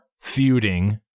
feuding